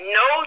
no